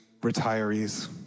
retirees